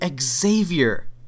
Xavier